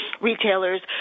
retailers